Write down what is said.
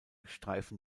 streifen